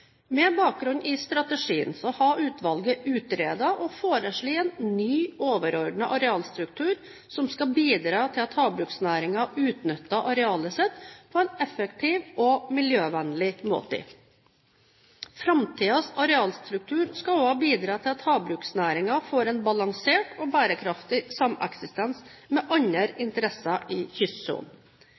Med bakgrunn i strategien har utvalget utredet og foreslått en ny overordnet arealstruktur som skal bidra til at havbruksnæringen utnytter arealet sitt på en effektiv og miljøvennlig måte. Framtidens arealstruktur skal også bidra til at havbruksnæringen får en balansert og bærekraftig sameksistens med andre interesser i kystsonen.